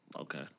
Okay